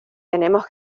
tenemos